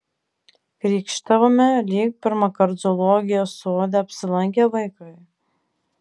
krykštavome lyg pirmąkart zoologijos sode apsilankę vaikai